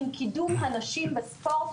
עם קידום הנשים בספורט.